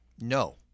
No